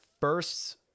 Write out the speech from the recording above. first